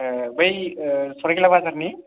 बै सराइबिलाव बाजारनि